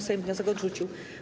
Sejm wniosek odrzucił.